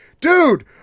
dude